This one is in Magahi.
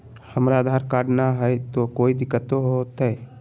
हमरा आधार कार्ड न हय, तो कोइ दिकतो हो तय?